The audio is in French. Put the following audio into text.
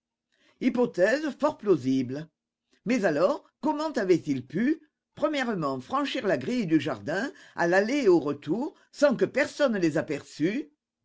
hypothèse fort plausible mais alors comment avaient-ils pu franchir la grille du jardin à l'aller et au retour sans que personne les aperçût